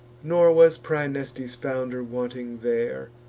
nor was praeneste's founder wanting there,